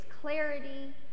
clarity